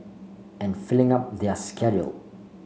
and filling up their schedule